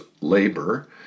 labor